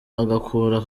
agakura